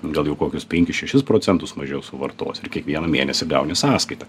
gal jau kokius penkis šešis procentus mažiau suvartosi ir kiekvieną mėnesį gauni sąskaitą